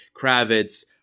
Kravitz